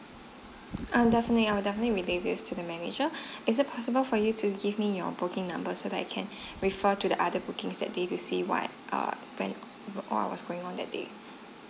err definitely I will definitely will leave this to the manager is it possible for you to give me your booking numbers so that I can refer to the other bookings that day to see what err been what was going on that day